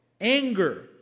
Anger